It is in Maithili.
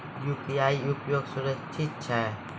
यु.पी.आई उपयोग सुरक्षित छै?